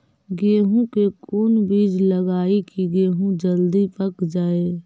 गेंहू के कोन बिज लगाई कि गेहूं जल्दी पक जाए?